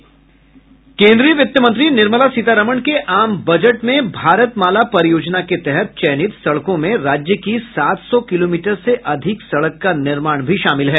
केन्द्रीय वित्त मंत्री निर्मला सीतारमन के आम बजट में भारतमाला परियोजना के तहत चयनित सड़कों में राज्य की सात सौ किलोमीटर से अधिक सड़क का निर्माण भी शामिल है